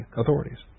authorities